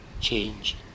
change